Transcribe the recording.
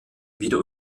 wieder